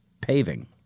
paving